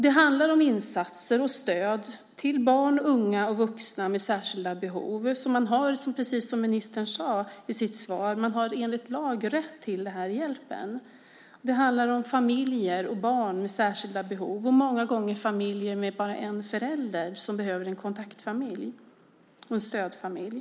Det handlar om insatser och stöd till barn, unga och vuxna med särskilda behov. Man har, precis som ministern sade i sitt svar, enligt lag rätt till den här hjälpen. Det handlar om familjer och barn med särskilda behov, och många gånger om familjer med bara en förälder som behöver en kontaktfamilj och stödfamilj.